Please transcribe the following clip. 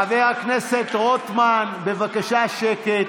חבר הכנסת רוטמן, בבקשה שקט.